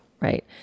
right